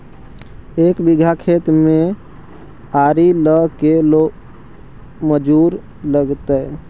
एक बिघा खेत में आरि ल के गो मजुर लगतै?